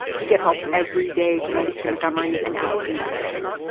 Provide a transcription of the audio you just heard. we get help everyday from alicia mcmurry and allison benedicte.